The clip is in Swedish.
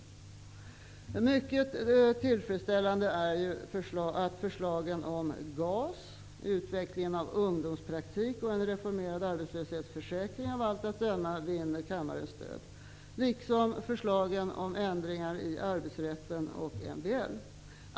Det är mycket tillfredsställande att förslagen om GAS, utvecklingen av ungdomspraktik och en reformerad arbetslöshetsförsäkring av allt att döma vinner kammarens stöd, liksom förslagen om ändringar i arbetsrätten och MBL.